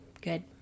good